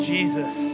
Jesus